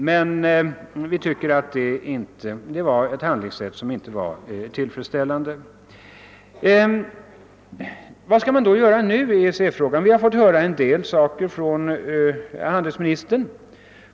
Men vi tycker inte att handlingssättet var tillfredsställande. Vad skall man då göra i EEC-frågan för närvarande? Handelsministern har lämnat oss vissa upplysningar.